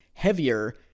heavier